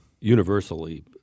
universally